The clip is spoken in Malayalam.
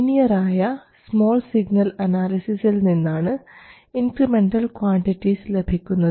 ലീനിയർ ആയ സ്മോൾ സിഗ്നൽ അനാലിസിസിൽ നിന്നാണ് ഇൻക്രിമെൻറൽ ക്വാണ്ടിറ്റിസ് ലഭിക്കുന്നത്